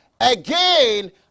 again